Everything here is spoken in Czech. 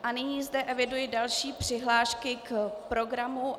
A nyní zde eviduji další přihlášky k programu.